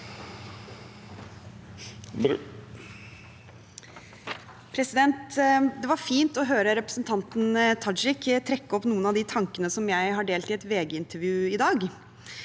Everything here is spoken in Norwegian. Det var fint å høre repre- sentanten Tajik trekke opp noen av de tankene som jeg har delt i et VG-intervju i dag.